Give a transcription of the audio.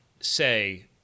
say